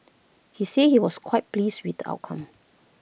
he said he was quite pleased with the outcome